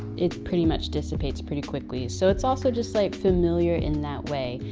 it pretty much dissipates pretty quickly. so it's also just like familiar in that way.